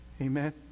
Amen